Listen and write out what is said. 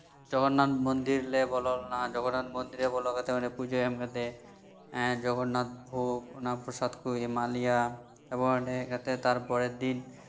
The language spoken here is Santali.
ᱡᱚᱜᱚᱱᱱᱟᱛᱷ ᱢᱚᱱᱫᱤᱨ ᱞᱮ ᱵᱚᱞᱚ ᱞᱮᱱᱟ ᱡᱚᱜᱚᱱᱱᱟᱛᱷ ᱢᱚᱱᱫᱤᱨ ᱵᱚᱞᱚ ᱠᱟᱛᱮᱫ ᱚᱸᱰᱮ ᱯᱩᱡᱟᱹ ᱮᱢ ᱠᱟᱛᱮᱫ ᱮᱸᱜ ᱡᱚᱜᱚᱱᱱᱟᱛᱷ ᱵᱷᱳᱜᱽ ᱚᱱᱟ ᱯᱨᱚᱥᱟᱫ ᱠᱚ ᱮᱢᱟᱜ ᱞᱮᱭᱟ ᱮᱵᱚᱝ ᱦᱟᱸᱰᱮ ᱦᱮᱡ ᱠᱟᱛᱮᱫ ᱛᱟᱨᱯᱚᱨᱮᱨ ᱫᱤᱱ